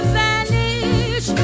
vanish